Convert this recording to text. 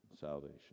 salvation